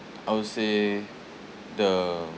I would say the